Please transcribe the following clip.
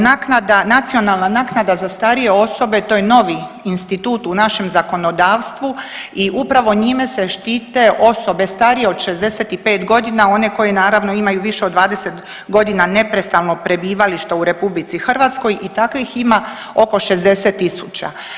Naknada, nacionalna naknada za starije osobe, to je novi institut u našem zakonodavstvu i upravo njime se štite osobe starije od 65 godina, one koje naravno imaju više od 20 godina neprestanog prebivališta u RH i takvih ima oko 60 tisuća.